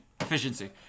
Efficiency